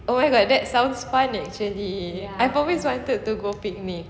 oh my god that's sound fun actually I always wanted to go picnic